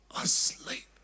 asleep